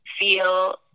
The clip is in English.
feel